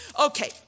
okay